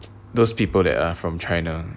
those people that are from china